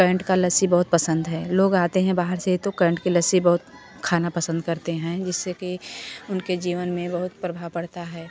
current की लस्सी बहुत पसंद है लोग आते हैं बाहर से तो करंट की लस्सी बहुत खाना पसंद करते हैं जिससे कि उनके जीवन में बहुत प्रभाव पड़ता है